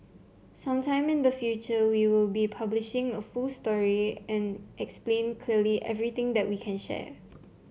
some time in the future we will be publishing a full story and explain clearly everything that we can share